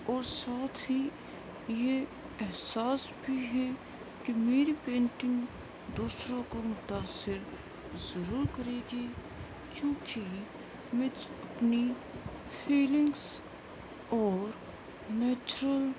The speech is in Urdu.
اور ساتھ ہی یہ احساس بھی ہے کہ میری پینٹنگ دوسروں کو متأثر ضرور کرے گی کیوں کہ میں اپنی فیلنگس اور نیچرل